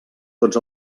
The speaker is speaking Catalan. tots